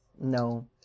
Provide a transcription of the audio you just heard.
No